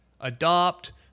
adopt